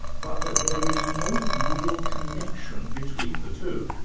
but that there is no real connection between the two.